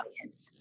audience